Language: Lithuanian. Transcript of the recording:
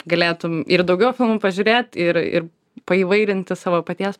galėtum ir daugiau filmų pažiūrėt ir ir paįvairinti savo paties